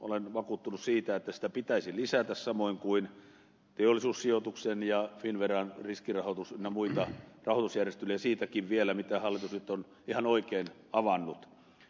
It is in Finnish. olen vakuuttunut siitä että sitä pitäisi lisätä samoin kuin teollisuussijoituksen ja finnveran riskirahoitusta ynnä muita rahoitusjärjestelyjä vielä siitäkin mitä hallitus nyt on ihan oikein avannut